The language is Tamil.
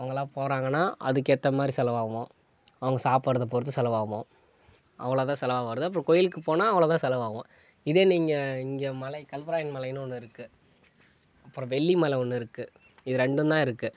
அவங்கள்லாம் போகிறாங்கன்னா அதுக்கேற்ற மாதிரி செலவாகும் அவங்க சாப்புடுறத பொறுத்து செலவாகும் அவ்வளோதான் செலவு ஆகுறது அப்புறம் கோவிலுக்கு போனால் அவ்வளோதான் செலவாகும் இதே நீங்கள் இங்கே மலை கல்வராயன் மலைன்னு ஒன்று இருக்கு அப்புறம் வெள்ளி மலை ஒன்று இருக்கு இது ரெண்டுந்தான் இருக்கு